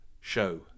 show